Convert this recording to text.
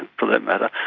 for that matter,